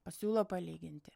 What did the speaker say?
pasiūlo palyginti